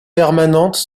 permanentes